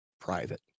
private